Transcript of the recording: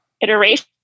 iteration